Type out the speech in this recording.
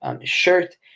shirt